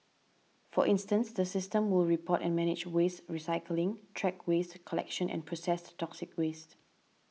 for instance the system will report and manage waste recycling track waste collection and processed toxic waste